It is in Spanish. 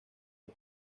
los